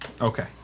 Okay